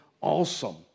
awesome